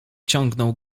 ciągnął